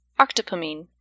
octopamine